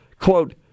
quote